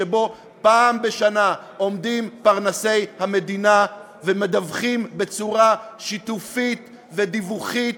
שבו פעם אחת בשנה עומדים פרנסי המדינה ומדווחים בצורה שיתופית ודיווחית